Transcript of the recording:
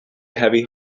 heavy